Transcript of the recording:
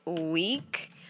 week